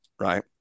right